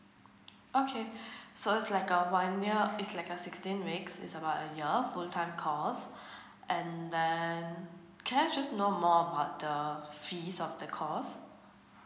okay so is like a one year is like a sixteen weeks is about a year full time course and then can I just know more about the fees of the course